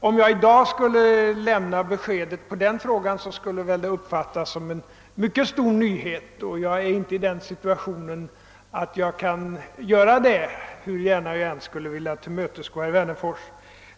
Om jag i dag skulle lämna besked i frågan skulle det väl uppfattas som en mycket stor nyhet, men jag är inte i den situationen att jag kan göra det, hur gärna jag än vill tillmötesgå herr Wennerfors.